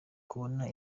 kubona